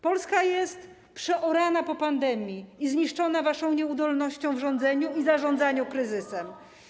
Polska jest przeorana po pandemii i zniszczona waszą nieudolnością w rządzeniu i zarządzaniu kryzysem.